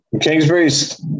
Kingsbury's